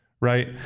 right